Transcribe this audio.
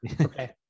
okay